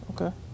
okay